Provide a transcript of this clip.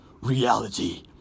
reality